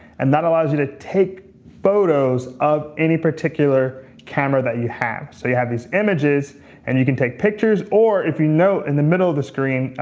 and that allows you to take photos of any particular camera that you have. so you have these images and you can take pictures, or if you note in the middle of the screen,